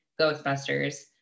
Ghostbusters